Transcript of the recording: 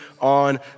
on